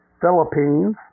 Philippines